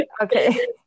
okay